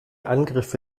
angriffe